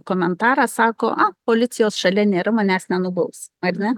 komentarą sako a policijos šalia nėra manęs nenubaus ar ne